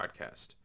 Podcast